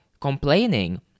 complaining